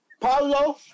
Paulo